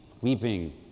weeping